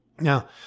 Now